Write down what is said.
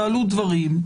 תעלו דברים.